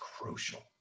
crucial